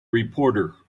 reporter